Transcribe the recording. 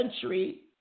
century